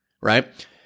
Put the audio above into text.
right